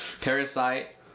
Parasite